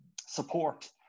support